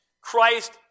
Christ